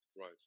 Right